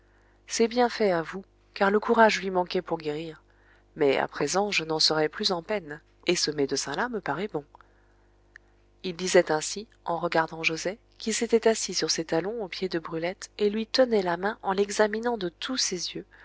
c'est bien fait à vous car le courage lui manquait pour guérir mais à présent je n'en serai plus en peine et ce médecin là me paraît bon il disait ainsi en regardant joset qui s'était assis sur ses talons aux pieds de brulette et lui tenait la main en l'examinant de tous ses yeux